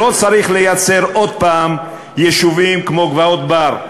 לא צריך לייצר עוד הפעם יישובים כמו גבעות-בר,